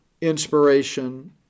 inspiration